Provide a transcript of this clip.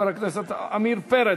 חבר הכנסת עמיר פרץ,